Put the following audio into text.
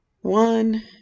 one